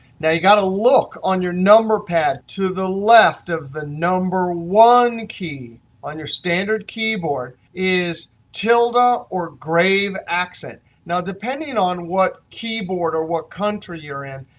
now, you got to look on your number pad to the left of the number one key on your standard keyboard is tilde ah or grave accent. now depending on what keyboard or what country you're in,